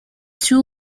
two